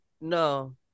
No